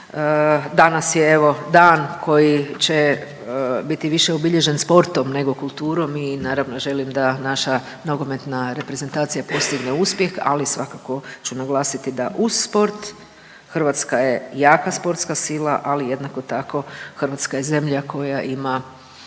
danas je evo dan koji će biti više obilježen sportom nego kulturom i naravno želim da naša nogometna reprezentacija postigne uspjeh, ali svakako ću naglasiti da uz sport Hrvatska je jaka sportska sila, ali jednako tako Hrvatska je zemlja koja ima